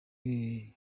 ibi